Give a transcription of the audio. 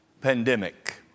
pandemic